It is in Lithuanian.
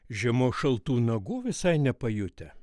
žiemos šaltų nagų visai nepajutę